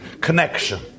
Connection